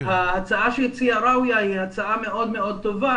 ההצעה שהציעה ראויה היא הצעה מאוד מאוד טובה,